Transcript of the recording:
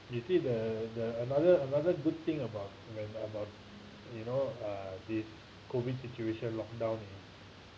you see the the another another good thing about when about you know uh this COVID situation lock down